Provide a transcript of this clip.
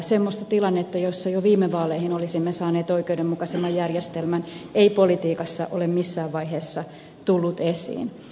semmoista tilannetta jossa jo viime vaaleihin olisimme saaneet oikeudenmukaisemman järjestelmän ei politiikassa ole missään vaiheessa tullut esiin